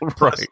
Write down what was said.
Right